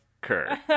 Kirk